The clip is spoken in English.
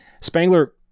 spangler